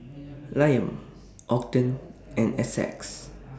Liam Ogden and Essex